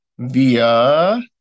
via